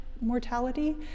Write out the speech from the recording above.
mortality